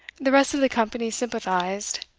the rest of the company sympathized,